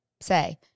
say